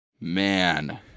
Man